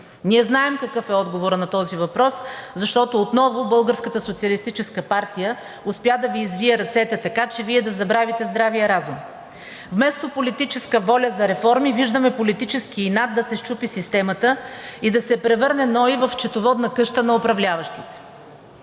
Ние знаем какъв е отговорът на този въпрос, защото отново „Българската социалистическа партия“ успя да Ви извие ръцете, така че Вие да забравите здравия разум. Вместо политическа воля за реформи, виждаме политически инат да се счупи системата и да се превърне НОИ в счетоводна къща на управляващите.